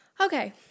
Okay